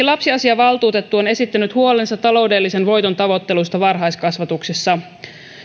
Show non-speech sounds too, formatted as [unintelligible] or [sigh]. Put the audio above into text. [unintelligible] lapsiasiavaltuutettu on esittänyt huolensa taloudellisen voiton tavoittelusta varhaiskasvatuksessa